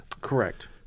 Correct